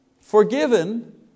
Forgiven